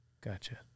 Gotcha